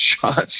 shots